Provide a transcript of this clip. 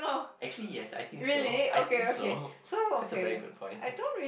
actually yes I think so I think so that's a very good point